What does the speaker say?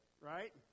right